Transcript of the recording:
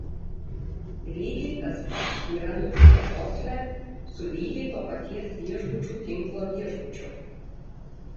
lygiai tas pats yra nutikę osle su lygiai to paties viešbučių tinklo viešbučiu